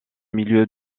milieu